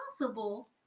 possible